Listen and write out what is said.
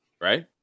right